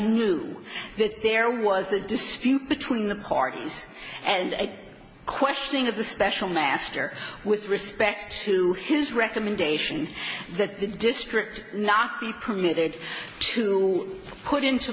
knew that there was a dispute between the parties and a questioning of the special master with respect to his recommendation that the district not be permitted to put into